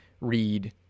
read